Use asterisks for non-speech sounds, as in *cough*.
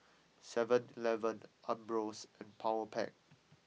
seven *noise* eleven Ambros and Powerpac